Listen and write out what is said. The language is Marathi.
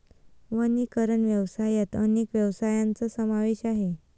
वनीकरण व्यवसायात अनेक व्यवसायांचा समावेश आहे